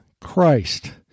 Christ